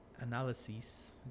analyses